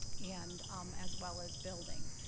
and as well as building,